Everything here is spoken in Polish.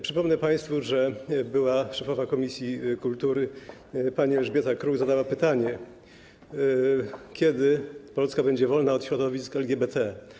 Przypomnę państwu, że była szefowa komisji kultury pani Elżbieta Kruk zadała pytanie, kiedy Polska będzie wolna od środowisk LGBT.